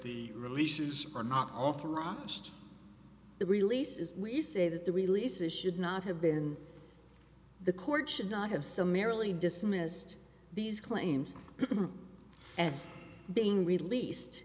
the releases are not authorized the release is we say that the release is should not have been the court should not have summarily dismissed these claims as being released